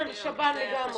על השב"ן לגמרי.